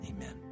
Amen